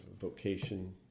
vocation